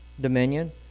dominion